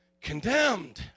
Condemned